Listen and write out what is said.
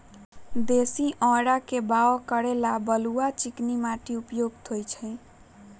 देशी औरा के बाओ करे लेल बलुआ आ चिकनी माटि उपयुक्त होइ छइ